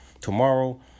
tomorrow